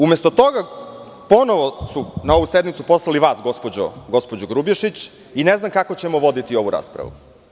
Umesto toga, ponovo ste na ovu sednicu poslali vas gospođo Grubješić i ne znam kako ćemo voditi ovu raspravu.